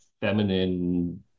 feminine